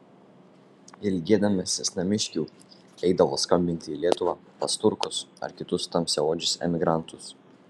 ilgėdamasis namiškių eidavo skambinti į lietuvą pas turkus ar kitus tamsiaodžius emigrantus